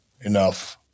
enough